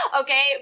okay